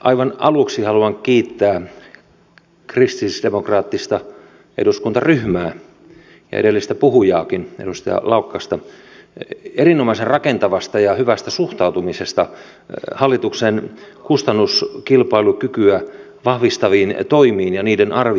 aivan aluksi haluan kiittää kristillisdemokraattista eduskuntaryhmää ja edellistä puhujaakin edustaja laukkasta erinomaisen rakentavasta ja hyvästä suhtautumisesta hallituksen kustannuskilpailukykyä vahvistaviin toimiin ja niiden arvioimiseen